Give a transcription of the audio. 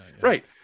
Right